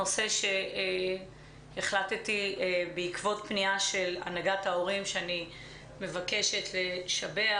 זה נושא שהחלטתי להעלות בעקבות פנייה של הנהגת ההורים שאני מבקשת לשבח.